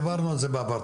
דיברנו על זה בעבר.